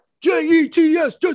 J-E-T-S